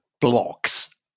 blocks